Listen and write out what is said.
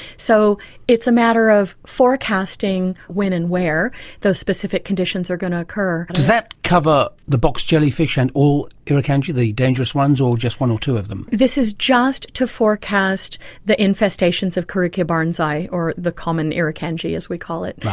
so it's a matter of forecasting when and where those specific conditions are going to occur. does that cover the box jellyfish and all irukandji, the dangerous ones, or just one or two of them? this is just to forecast the infestations of carukia barnesi, or the common irukandji as we call it.